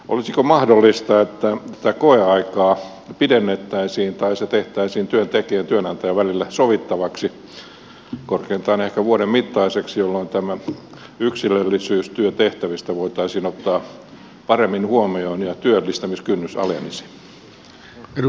olisiko mahdollista että tätä koeaikaa pidennettäisiin tai tehtäisiin työntekijän ja työnantajan välillä sovittavaksi korkeintaan ehkä vuoden mittaiseksi jolloin tämä yksilöllisyys työtehtävistä voitaisiin ottaa paremmin huomioon ja työllistämiskynnys alenisi